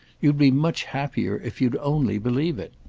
you'd be much happier if you'd only believe it.